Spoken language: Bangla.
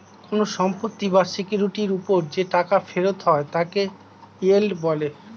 কোন সম্পত্তি বা সিকিউরিটির উপর যে টাকা ফেরত হয় তাকে ইয়েল্ড বলে